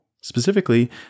Specifically